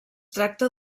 tracta